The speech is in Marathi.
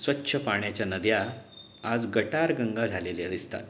स्वच्छ पाण्याच्या नद्या आज गटारगंगा झालेल्या दिसतात